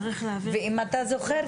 אם אתה זוכר,